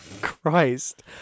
Christ